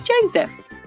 Joseph